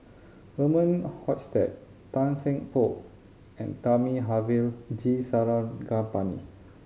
Herman Hochstadt Tan Seng Poh and Thamizhavel G Sarangapani